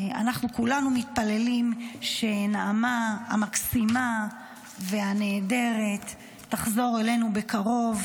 אנחנו כולנו מתפללים שנעמה המקסימה והנהדרת תחזור אלינו בקרוב.